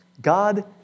God